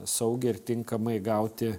saugiai ir tinkamai gauti